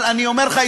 אבל אני אומר לך,